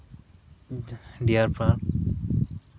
dear park